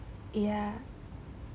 ya